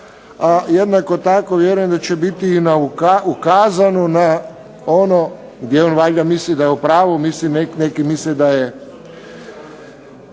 a jednako tako vjerujem da će biti ukazano na ono gdje on valjda misli da je upravu, neki misle da je